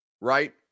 right